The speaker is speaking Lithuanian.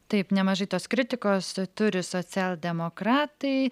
taip nemažai tos kritikos turi socialdemokratai